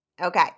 Okay